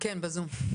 כן, בזום.